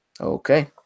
okay